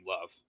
love